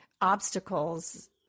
obstacles